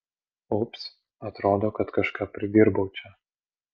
ups atrodo kad kažką pridirbau čia